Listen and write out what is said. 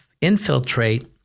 infiltrate